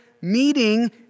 meeting